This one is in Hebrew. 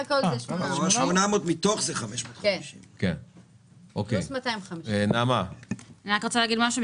מתוך זה 550. אני רק רוצה להגיד משהו,